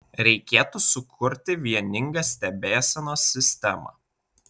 reikėtų sukurti vieningą stebėsenos sistemą